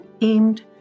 aimed